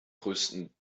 größten